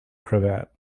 cravat